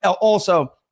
Also-